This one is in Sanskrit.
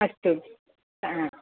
अस्तु